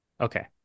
okay